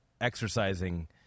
exercising